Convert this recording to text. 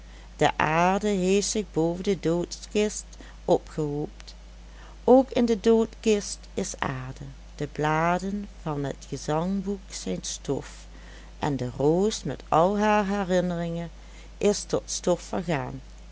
de aarde heeft zich boven de doodkist opgehoopt ook in de doodkist is aarde de bladen van het gezangboek zijn stof en de roos met al haar herinneringen is tot stof vergaan